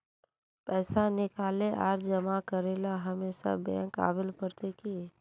पैसा निकाले आर जमा करेला हमेशा बैंक आबेल पड़ते की?